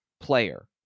player